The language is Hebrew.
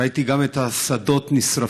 ראיתי גם את השדות נשרפים,